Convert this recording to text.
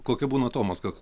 kokia būna atomazga